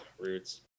roots